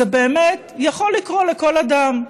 זה באמת יכול לקרות לכל אדם.